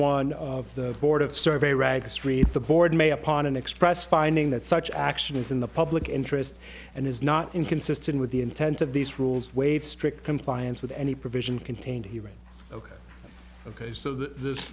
one one the board of survey rag streets the board made upon an express finding that such action is in the public interest and is not inconsistent with the intent of these rules waive strict compliance with any provision contained here right ok ok so this